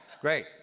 Great